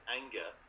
anger